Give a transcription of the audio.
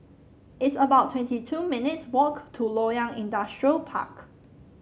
it's about twenty two minutes' walk to Loyang Industrial Park